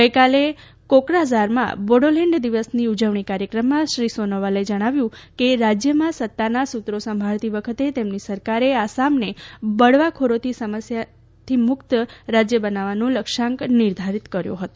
ગઇકાલે કોક્રાઝારમાં બોડોલેન્ડ દિવસની ઉજવણી કાર્યક્રમમાં શ્રી સોનોવાલે જણાવ્યું હતું કે રાજ્યમાં સત્તાના સૂત્રો સંભાળતી વખતે તેમની સરકારે આસામને બળવાખોરોની સમસ્યાથી મુક્ત રાજ્ય બનાવવાનો લક્ષ્યાંક નિર્ધારીત કર્યો હતો